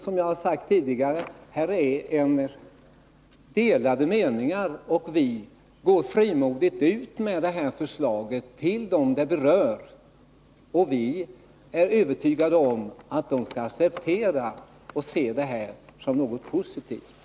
Som jag har sagt tidigare finns det delade meningar här, och vi går frimodigt ut med förslaget till dem det berör. Vi är övertygade om att de skall acceptera förslaget och se det som något positivt.